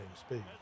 speed